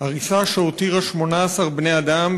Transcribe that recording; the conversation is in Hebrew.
הריסה שהותירה 18 בני-אדם,